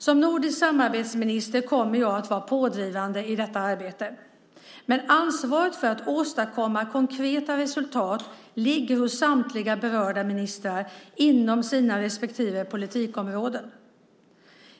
Som nordisk samarbetsminister kommer jag att vara pådrivande i detta arbete, men ansvaret för att åstadkomma konkreta resultat ligger hos samtliga berörda ministrar inom deras respektive politikområden.